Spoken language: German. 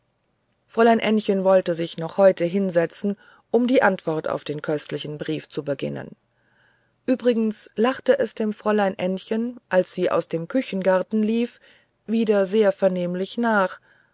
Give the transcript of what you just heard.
fräulein ännchen wollte sich noch heute hinsetzen um die antwort auf den köstlichen brief zu beginnen übrigens lachte es dem fräulein ännchen als sie aus dem küchengarten lief wieder sehr vernehmlich nach